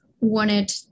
wanted